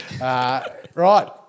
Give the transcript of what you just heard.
Right